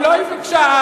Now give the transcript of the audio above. אתה הבטחת,